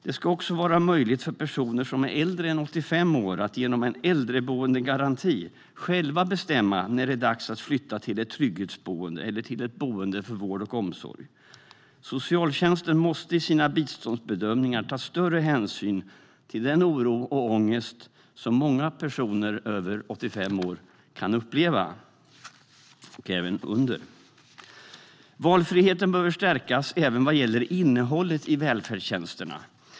Det ska också vara möjligt för personer som är äldre än 85 år att genom en äldreboendegaranti själva bestämma när det är dags att flytta till ett trygghetsboende eller till ett boende för vård och omsorg. Socialtjänsten måste i sina biståndsbedömningar ta större hänsyn till den oro och ångest som många personer över 85 år, och även under, kan uppleva. Valfriheten behöver stärkas även vad gäller innehållet i välfärdstjänsterna.